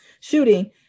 shooting